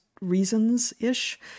reasons-ish